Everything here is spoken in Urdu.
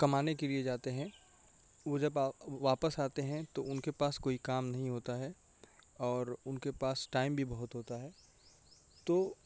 کمانے کے لیے جاتے ہیں وہ جب واپس آتے ہیں تو ان کے پاس کوئی کام نہیں ہوتا ہے اور ان کے پاس ٹائم بھی بہت ہوتا ہے تو